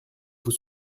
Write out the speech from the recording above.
vous